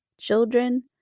children